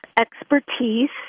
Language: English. expertise